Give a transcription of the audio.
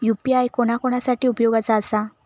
UPI कोणा कोणा साठी उपयोगाचा आसा?